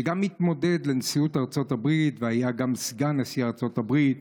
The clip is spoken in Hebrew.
שגם התמודד לנשיאות ארצות הברית והיה גם סגן נשיא ארצות הברית,